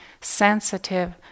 sensitive